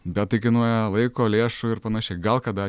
bet tai kainuoja laiko lėšų ir panašiai gal kada